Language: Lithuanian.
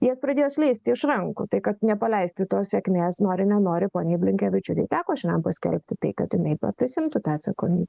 jis pradėjo slysti iš rankų tai kad nepaleisti tos sėkmės nori nenori poniai blinkevičiūtei teko šiandien paskelbti tai kad jinai prisiimtų tą atsakomybę